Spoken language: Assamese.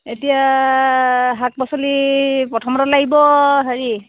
এতিয়া শাক পাচলি প্ৰথমতে লাগিব হেৰি